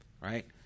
right